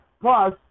Plus